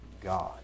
God